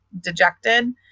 dejected